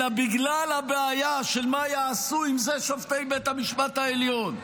אלא בגלל הבעיה של מה יעשו עם זה שופטי בית המשפט העליון,